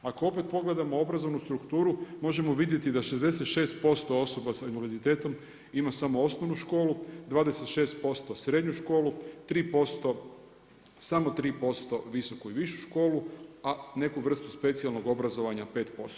Ako opet pogledamo obrazovanu strukturu možemo vidjeti da 66% osoba sa invaliditetom ima samo osnovnu školu, 26% srednju školu, 3%, samo 3% visoku i višu školu a neku vrstu specijalnog obrazovanja 5%